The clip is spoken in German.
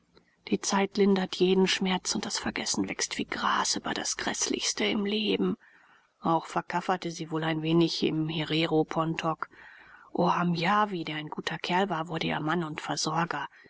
die zeit lindert jeden schmerz und das vergessen wächst wie gras über das gräßlichste im leben auch verkafferte sie wohl ein wenig im hereropontok ohamajami der ein guter kerl war wurde ihr mann und versorger